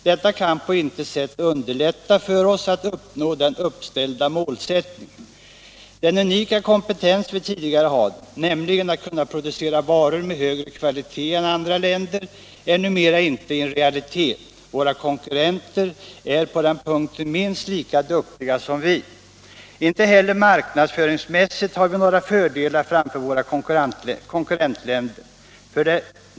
Detta kan på intet sätt underlätta för oss att nå det uppställda målet. Vi hade tidigare en unik kompetens, nämligen att kunna producera varor med högre kvalitet än man kunde i andra länder, men våra konkurrenter är på den punkten numera minst lika duktiga som vi. Inte heller marknadsföringsmässigt har vi några fördelar framför våra konkurrentländer.